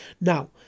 Now